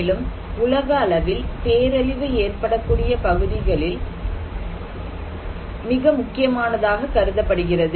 மேலும் உலக அளவில் பேரழிவு ஏற்படக்கூடிய பகுதிகளில் மிக முக்கியமானதாக கருதப்படுகிறது